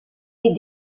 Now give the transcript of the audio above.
est